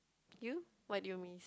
you what do you mean